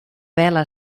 vela